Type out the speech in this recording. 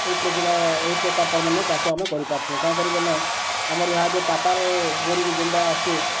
ଏହି ଏହି ପ୍ରକାର ତା'ର୍ମାନେ ଚାଷ ଆମେ କରିପାର୍ସୁଁ କାଁ କରି ବେଲେ ଆମର୍ ଏହା ପାତାଲ୍ ବୋରିଂ ଯେନ୍ଟା ଅଛେ